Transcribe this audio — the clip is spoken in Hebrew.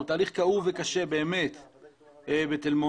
זה תהליך כאוב וקשה בתל מונד.